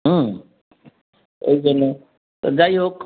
হুম ওই জন্য তো যাই হোক